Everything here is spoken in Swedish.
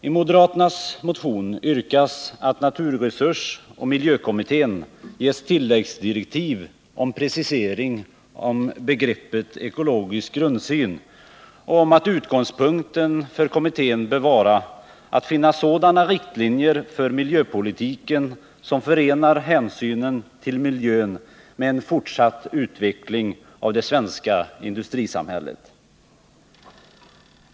I moderaternas motion 1978 79:1108 att utgångs punkten för kommittén bör vara att finna sådana riktlinjer för miljöpolitiken som förenar hänsynen till miljön med en fortsatt utveckling av det svenska industrisamhället.